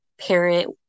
parent